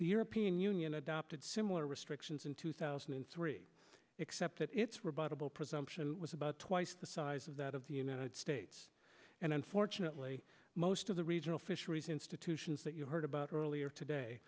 the european union adopted similar restrictions in two thousand and three except that it's rebuttable presumption was about twice the size of that of the united states and unfortunately most of the regional fisheries institutions that you heard about earlier today